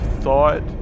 thought